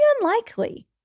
unlikely